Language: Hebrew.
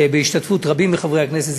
בהשתתפות רבים מחברי הכנסת.